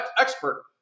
expert